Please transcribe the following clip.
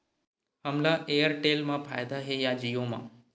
हमला एयरटेल मा फ़ायदा हे या जिओ मा?